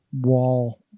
wall